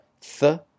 th